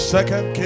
Second